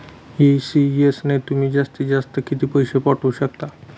ECS ने तुम्ही जास्तीत जास्त किती पैसे पाठवू शकतात?